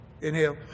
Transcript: Inhale